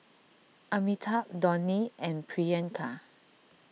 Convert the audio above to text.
Amitabh Dhoni and Priyanka